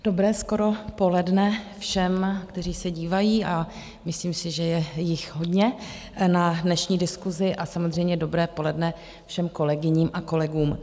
Dobré skoro poledne všem, kteří se dívají, a myslím si, že je jich hodně, na dnešní diskusi, a samozřejmě dobré poledne všem kolegyním a kolegům.